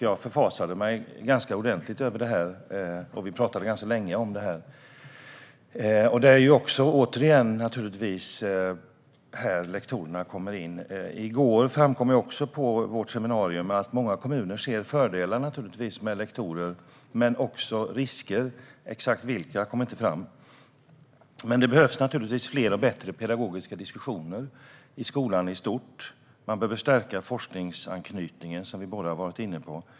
Jag förfasade mig ordentligt över det här, och vi pratade ganska länge om det. Här kommer behovet av lektorerna återigen in. På vårt seminarium i går framkom också att många kommuner ser fördelar med lektorer men också risker. Exakt vilka framgick inte. Det behövs naturligtvis fler och bättre pedagogiska diskussioner i skolan i stort. Man behöver stärka forskningsanknytningen, vilket vi båda har varit inne på.